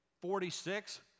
forty-six